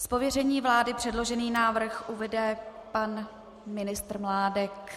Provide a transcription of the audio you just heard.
Z pověření vlády předložený návrh uvede pan ministr Mládek.